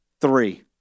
three